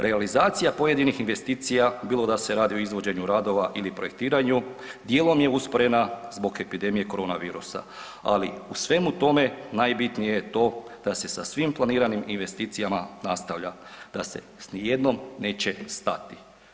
Realizacija pojedinih investicija bilo da se radi o izvođenju radova ili projektiranju dijelom je usporena zbog epidemije korona virusa, ali u svemu tome najbitnije je to da se sa svim planiranim investicijama nastavlja, da se s ni jednom neće stati.